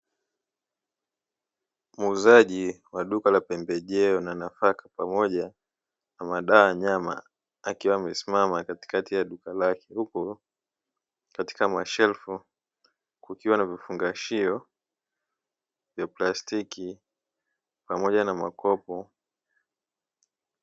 Muuzaji wa duka la pembejeo na nafaka pamoja na madawa ya wanyama, akiwa amesimama katikati ya duka lake huku katika mashelfu kukiwa na vifungashio vya plastiki pamoja na makopo.